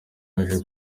yaje